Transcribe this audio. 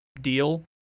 deal